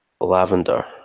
Lavender